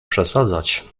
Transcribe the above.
przesadzać